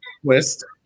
twist